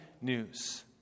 news